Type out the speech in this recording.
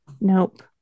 Nope